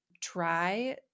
try